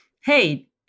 hey